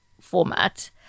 format